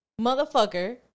motherfucker